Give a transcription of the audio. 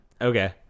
Okay